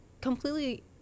completely